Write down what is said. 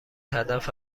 هدف